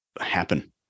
happen